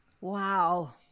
Wow